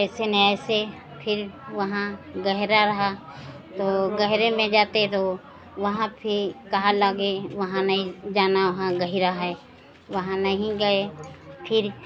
ऐसे नहीं ऐसे फिर वहाँ गहरा रहा तो गहरे में जाते तो वहाँ फिर कहने लगे वहाँ नहीं जाना वहाँ गहरा है वहाँ नहीं गए फिर